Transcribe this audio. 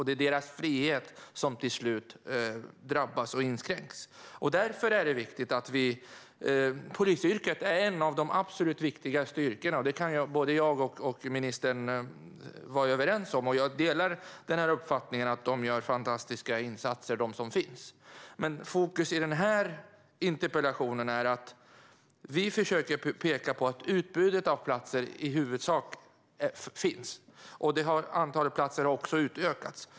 Det är deras frihet som till slut drabbas och inskränks. Polisyrket är ett av de absolut viktigaste yrkena; det kan jag och ministern vara överens om. Jag delar uppfattningen att de gör fantastiska insatser, de poliser som finns. Men det vi fokuserar och försöker peka på i den här interpellationen är att ett utbud av platser i huvudsak finns. Antalet platser har också utökats.